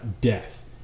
death